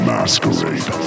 Masquerade